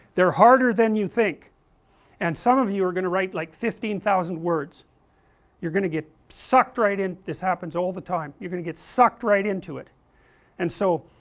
they are harder than you think and some of you are going to write like fifteen thousand words you are going to get sucked right in, this happens all the time, you are going to get sucked right into it and so,